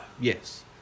Yes